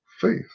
faith